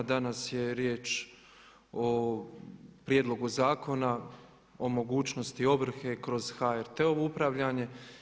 Danas je riječ o Prijedlogu zakona o mogućnosti ovrhe kroz HRT-ovo upravljanje.